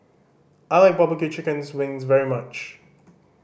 I like barbecue chicken wings very much